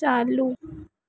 चालू